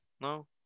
No